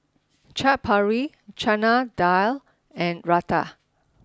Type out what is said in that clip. Chaat Papri Chana Dal and Raita